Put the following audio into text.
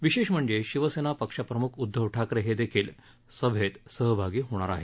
विशेष म्हणजे शिवसेना पक्षप्रमुख उद्दव ठाकरे हे देखील सभेत सहभागी होणार आहेत